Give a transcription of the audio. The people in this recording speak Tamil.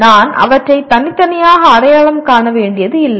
நான் அவற்றை தனித்தனியாக அடையாளம் காண வேண்டியதில்லை